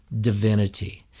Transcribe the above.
divinity